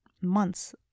months